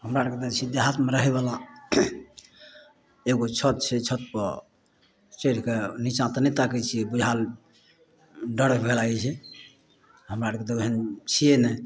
हमरा आओरके तऽ छी देहातमे रहैवला एगो छत छै छतपर चढ़िके निच्चाँ तऽ नहि ताकै छिए बुझाएल डर हुए लागै छै हमरा आओरके तऽ ओहन छिए नहि